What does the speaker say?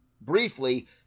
briefly